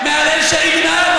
הוא סמל, אתה לא מבין?